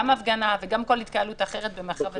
גם הפגנה וגם כל התקהלות אחרת במרחב הציבורי.